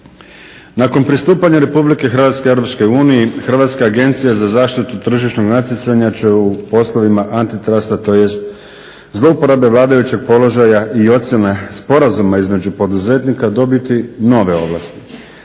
Nakon pristupanja Republike Hrvatske Europskoj uniji Hrvatska agencija za zaštitu tržišnog natjecanja će u poslovima anti trasta tj. zlouporabe vladajućeg položaja i ocjene sporazuma između poduzetnika dobiti nove ovlasti,